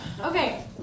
okay